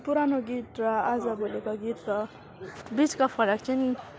पुरानो गीत र आज भोलिको गीतको बिचको फरक चाहिँ नि